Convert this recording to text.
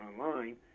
online